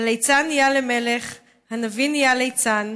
/ הליצן נהיה למלך / הנביא נהיה ליצן